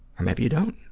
or maybe you don't.